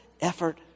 effort